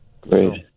Great